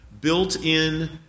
built-in